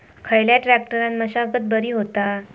खयल्या ट्रॅक्टरान मशागत बरी होता?